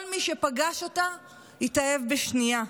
כל מי שפגש אותה התאהב בשנייה.